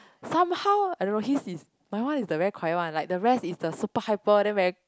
somehow I don't know his is my one is the very quiet one like the rest is the super hyper then very